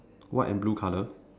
white and blue colour